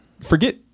forget